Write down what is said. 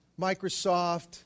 Microsoft